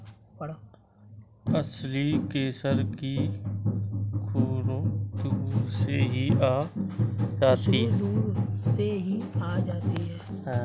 असली केसर की खुशबू दूर से ही आ जाती है